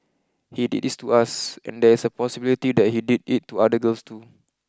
he did this to us and there is a possibility that he did it to other girls too